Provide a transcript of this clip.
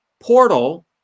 portal